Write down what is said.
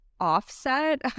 offset